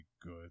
good